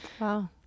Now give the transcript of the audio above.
Wow